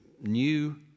new